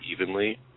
evenly